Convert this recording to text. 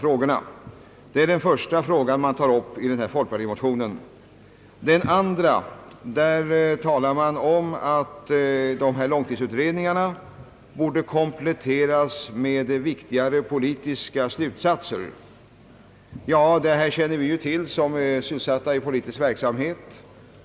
För det andra säger man i folkpartimotionen att dessa långtidsutredningar borde kompletteras med viktigare po litiska slutsatser. Ja, vi som är politiskt verksamma känner till detta.